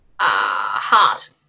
Heart